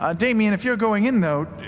ah damian if you're going in though,